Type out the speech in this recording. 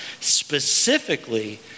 specifically